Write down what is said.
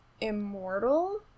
immortal